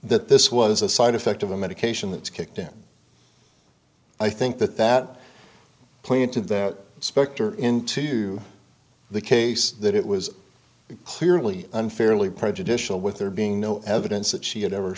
that this was a side effect of a medication that's kicked in i think that that play into that specter into the case that it was clearly unfairly prejudicial with there being no evidence that she had ever